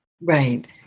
Right